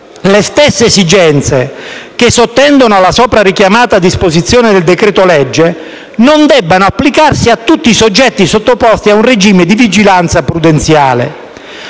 le stesse esigenze che sottendono alla soprarichiamata disposizione del decreto-legge non debbano applicarsi a tutti i soggetti sottoposti ad un regime di vigilanza potenziale.